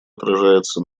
отражается